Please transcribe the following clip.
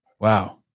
Wow